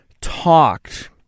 talked